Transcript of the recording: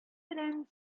белән